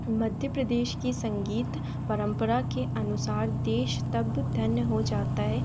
मध्य प्रदेश की संगीत परम्परा के अनुसार देश तब धन्य हो जाता है